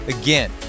Again